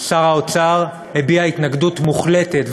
שר האוצר הביע התנגדות מוחלטת,